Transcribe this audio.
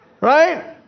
Right